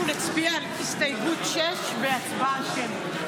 אנחנו נצביע על הסתייגות 6 בהצבעה שמית.